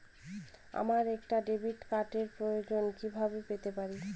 আমার একটা ডেবিট কার্ডের প্রয়োজন কিভাবে পেতে পারি?